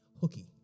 hooky